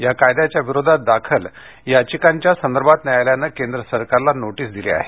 या कायद्याविरोधात दाखल याचिकांसंदर्भात न्यायालयानं केंद्र सरकारला नोटीस दिली आहे